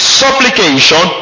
supplication